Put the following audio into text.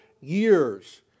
years